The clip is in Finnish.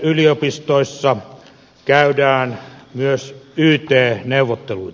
yliopistoissa käydään myös yt neuvotteluita